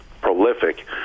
prolific